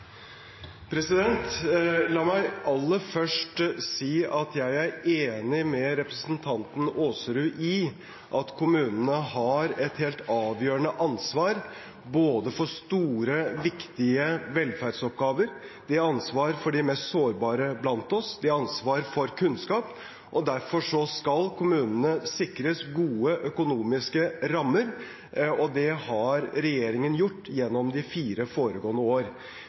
La meg aller først si at jeg er enig med representanten Aasrud i at kommunene har et helt avgjørende ansvar for store, viktige velferdsoppgaver. De har ansvar for de mest sårbare blant oss, og de har ansvar for kunnskap. Derfor skal kommunene sikres gode økonomiske rammer, og det har regjeringen gjort gjennom de fire foregående år.